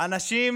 אנשים